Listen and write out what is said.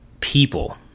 people